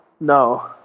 No